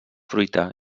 fruita